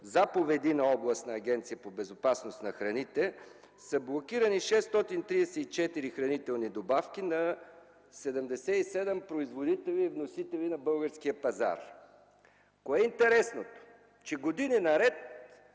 заповеди на Областна агенция по безопасност на храните са блокирани 634 хранителни добавки на 77 производители и вносители на българския пазар. Кое е интересното? Това е, че години наред